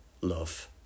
love